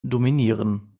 dominieren